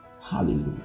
Hallelujah